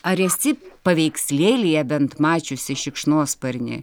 ar esi paveikslėlyje bent mačiusi šikšnosparnį